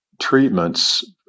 treatments